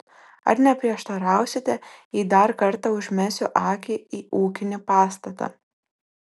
ar neprieštarausite jei dar kartą užmesiu akį į ūkinį pastatą